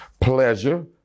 pleasure